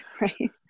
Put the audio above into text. right